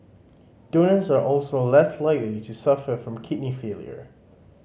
donors are also less likely to suffer from kidney failure